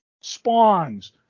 spawns